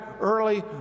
early